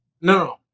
no